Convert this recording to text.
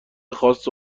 خاص